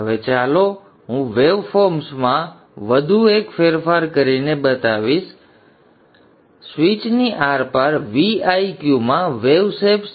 હવે ચાલો હું વેવ ફોર્મ્સ માં વધુ એક ફેરફાર પણ બતાવીશ જે થવાનું છે તે છે સ્વીચની આરપાર Viq માં વેવ શેપ્સ